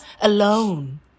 alone